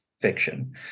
fiction